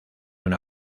una